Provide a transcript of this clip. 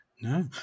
No